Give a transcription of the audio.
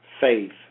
faith